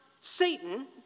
Satan